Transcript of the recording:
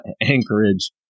Anchorage